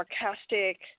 sarcastic